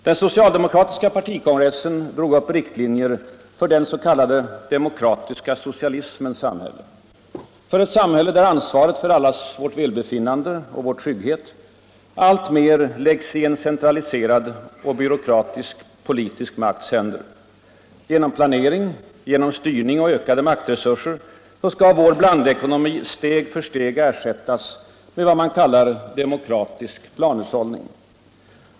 Den socialdemokratiska partikongressen drog upp riktlinjer för den s.k. demokratiska socialismens samhälle, för ett samhälle, där ansvaret för allas vårt välbefinnande och vår trygghet alltmer läggs i en centraliserad och byråkratisk politisk makts händer. Genom planering, genom styrning och ökade maktresurser skall vår blandekonomi steg för steg ersättas med vad man kallar demokratisk planhushållning.